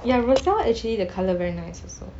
ya roselle actually the colour very nice also